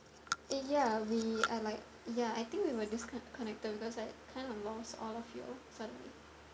yeah we are like yeah I think we were disco~ connected because I kind of lost all of you suddenly